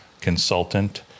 consultant